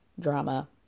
drama